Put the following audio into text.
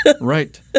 Right